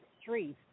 streets